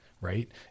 right